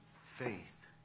faith